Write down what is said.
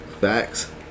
Facts